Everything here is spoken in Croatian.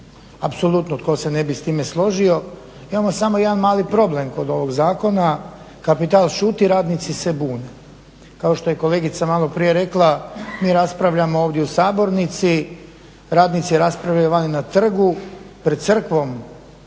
Apsolutno, tko se ne bi s time složio, imamo samo jedan mali problem kod ovog zakona. Kapital šuti, radnici se bune. Kao što je kolegica maloprije rekla, mi raspravljamo ovdje u sabornici, radnici raspravljaju vani na trgu, pred crkvom,